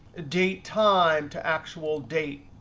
date time to actual date.